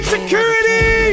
Security